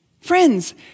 Friends